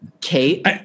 Kate